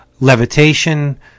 Levitation